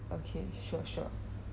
okay sure sure